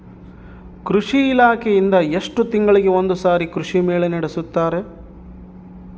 ಕೃಷಿ ಇಲಾಖೆಯಿಂದ ಎಷ್ಟು ತಿಂಗಳಿಗೆ ಒಂದುಸಾರಿ ಕೃಷಿ ಮೇಳ ನಡೆಸುತ್ತಾರೆ?